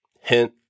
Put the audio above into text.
Hint